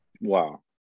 Wow